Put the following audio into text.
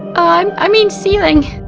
um i mean ceiling!